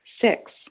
Six